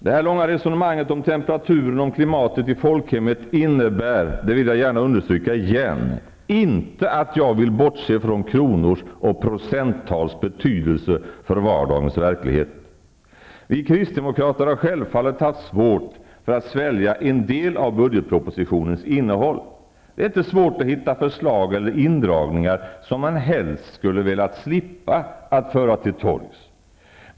Det här långa resonemanget om temperaturen, om klimatet i folkhemmet innebär inte -- det vill jag gärna understryka igen -- att jag vill bortse från kronors och procenttals betydelse för vardagens verklighet. Vi kristdemokrater har självfallet haft svårt för att svälja en del av budgetpropositionens innehåll. Det är inte svårt att hitta förslag eller indragningar som man helst skulle vilja slippa föra till torgs.